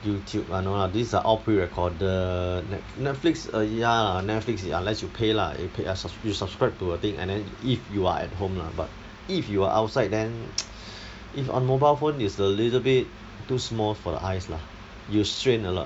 YouTube lah no lah these are all pre-recorded net Netflix ah ya lah Netflix you unless you pay lah if you pay you subscribe to the thing and then if you are at home lah but if you are outside then if on mobile phone it's a little bit too small for the eyes lah you strain a lot